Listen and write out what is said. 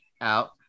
out